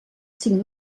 cinc